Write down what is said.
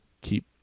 keep